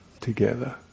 together